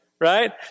right